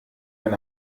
ein